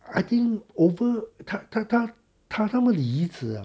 I think over 他他他他们的椅子啊